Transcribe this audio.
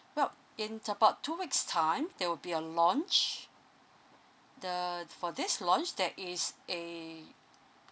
well in about two weeks time there will be a launch the for this launch there is a